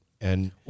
And-